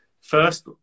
first